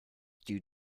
due